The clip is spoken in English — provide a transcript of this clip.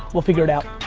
we'll figure it out.